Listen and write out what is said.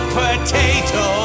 potato